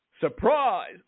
Surprise